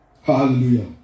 Hallelujah